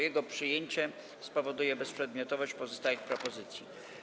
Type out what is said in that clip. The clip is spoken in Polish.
Jego przyjęcie spowoduje bezprzedmiotowość pozostałych propozycji.